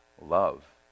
Love